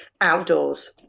outdoors